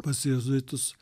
pas jėzuitus